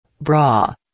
Bra